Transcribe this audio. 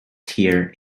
tier